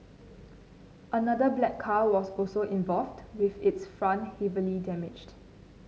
another black car was also involved with its front heavily damaged